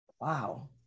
Wow